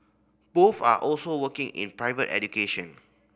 both are also working in private education